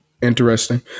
Interesting